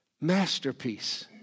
masterpiece